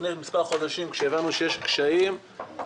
לפני מספר חודשים כאשר הבנו שיש קשיים פנינו.